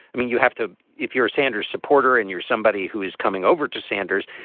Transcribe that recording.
i mean, you have to if you're a sanders supporter and you're somebody who is coming over to sanders,